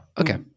Okay